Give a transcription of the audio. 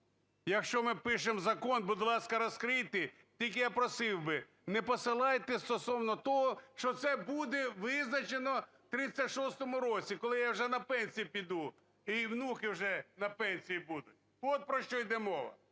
Якщо ми пишемо закон, будь ласка, розкрийте. Тільки я просив би не посилайте стосовно того, що це буде визначено в 36-му році, коли я вже на пенсію піду і внуки вже на пенсії будуть. От про що йде мова.